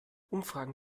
umfragen